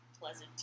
Pleasant